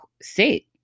sit